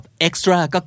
extra